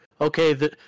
okay